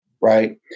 right